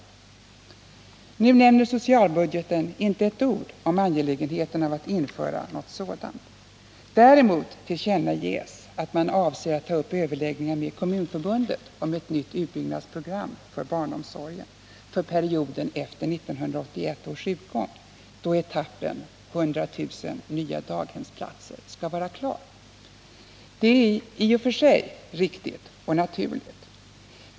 I den nu framlagda socialbudgeten nämns inte ett ord om angelägenheten av att införa något sådant. Däremot tillkännages att man avser att ta upp överläggningar med Kommunförbundet om ett nytt utbyggnadsprogram för barnomsorgen för perioden efter 1981 års utgång, då etappen 100 000 nya daghemsplatser skall vara klar. Detta är i och för sig riktigt och naturligt.